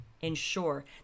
ensure